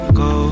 go